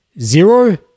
Zero